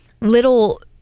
little